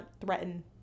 threaten